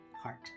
heart